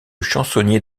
chansonnier